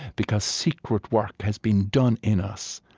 because secret work has been done in us,